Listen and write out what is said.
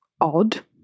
odd